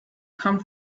come